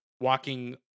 walking